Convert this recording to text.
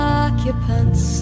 occupants